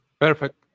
Perfect